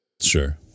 Sure